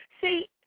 See